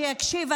שיקשיב.